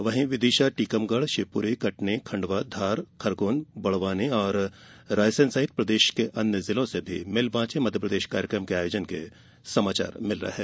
वहीं विदिशा टीकमगढ़ शिवपुरी कटनी खंडवाधार खरगोनबड़वानी औररायसेन सहित प्रदेश के अन्य जिलों से भी मिल बॉचे मध्यप्रदेश कार्यक्रम के आयोजन के समाचार मिल रहे हैं